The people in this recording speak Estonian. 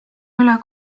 üle